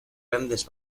grandes